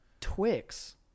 Twix